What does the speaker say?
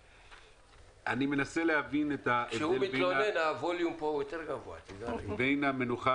אני מנסה להבין את ההבדל בין המנוחה